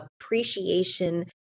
appreciation